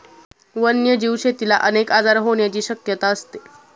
वन्यजीव शेतीला अनेक आजार होण्याची शक्यता असते